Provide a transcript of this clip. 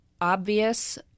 obvious